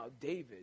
David